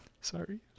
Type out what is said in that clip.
Sorry